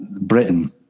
Britain